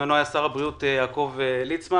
בזמנו היה שר הבריאות יעקב ליצמן.